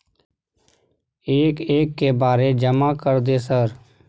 एक एक के बारे जमा कर दे सर?